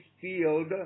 field